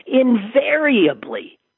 invariably